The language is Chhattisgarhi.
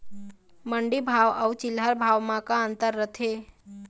मंडी भाव अउ चिल्हर भाव म का अंतर रथे?